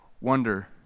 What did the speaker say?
wonder